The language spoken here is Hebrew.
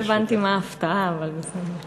לא הבנתי מה ההפתעה, אבל בסדר.